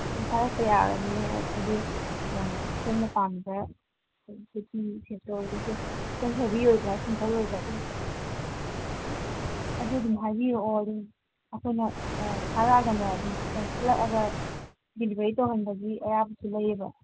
ꯊꯥꯔꯛꯄ ꯌꯥꯒꯅꯤꯌꯦ ꯍꯥꯏꯗꯤ ꯁꯣꯝꯅ ꯄꯥꯝꯃꯤꯕ ꯍꯦꯚꯤ ꯑꯣꯏꯕ ꯁꯤꯝꯄꯜ ꯑꯣꯏꯕ ꯑꯗꯨꯝ ꯑꯗꯨ ꯑꯗꯨꯝ ꯍꯥꯏꯕꯤꯔꯛꯑꯣ ꯑꯗꯨ ꯑꯩꯈꯣꯏꯅ ꯊꯥꯔꯛꯑꯒꯅꯦ ꯈꯜꯂꯛꯑꯒ ꯗꯤꯂꯤꯚꯔꯤ ꯇꯧꯍꯟꯕꯒꯤ ꯑꯌꯥꯕꯁꯨ ꯂꯩꯌꯦꯕ